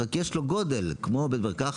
רק יש לו גודל כמו בית מרקחת.